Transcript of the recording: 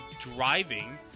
driving